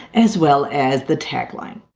as well as the tagline.